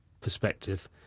perspective